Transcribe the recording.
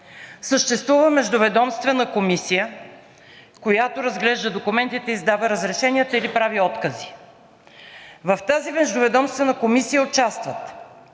Съществува Междуведомствена комисия, която разглежда документите и издава разрешенията или прави откази. В тази междуведомствена комисия участват: